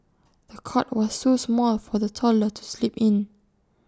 the cot was too small for the toddler to sleep in